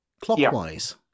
clockwise